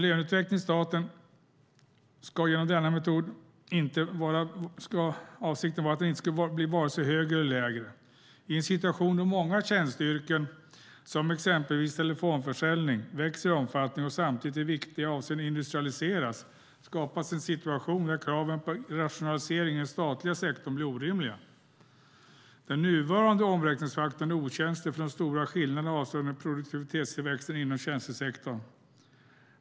Löneutvecklingen i staten ska genom denna metod inte vara vare sig högre eller lägre. I en situation då många tjänsteyrken, som exempelvis telefonförsäljning, växer i omfattning och samtidigt i viktiga avseenden industrialiseras skapas det en situation där kraven på rationalisering i den statliga sektorn blir orimliga. Den nuvarande omräkningsfaktorn är okänslig för de stora skillnaderna avseende produktivitetstillväxten inom tjänstesektorn.